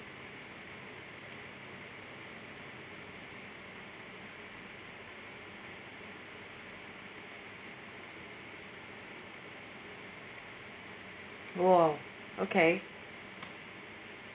!wow! okay